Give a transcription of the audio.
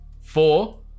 four